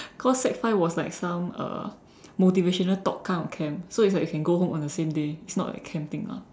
cause sec five was like some uh motivational talk kind of camp so it's like you can go home on the same day it's not like camping ah